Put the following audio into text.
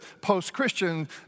post-Christian